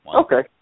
Okay